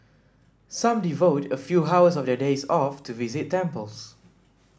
some devote a few hours of their days off to visit temples